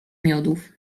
miodów